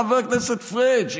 חבר הכנסת פריג',